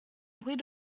bruit